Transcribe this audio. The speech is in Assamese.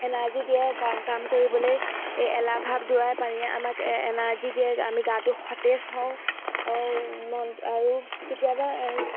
এনাৰ্জি দিয়ে কাম কৰিবলৈ এই এলাহভাৱ দুৱাই পানী আমাক এনাৰ্জি দিয়ে আমি গাটো সতেজ হওঁ মন আৰু কেতিয়াবা